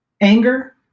anger